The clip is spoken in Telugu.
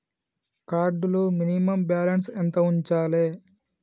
కార్డ్ లో మినిమమ్ బ్యాలెన్స్ ఎంత ఉంచాలే?